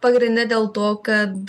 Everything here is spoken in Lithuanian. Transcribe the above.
pagrinde dėl to kad